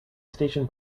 station